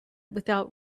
without